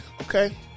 Okay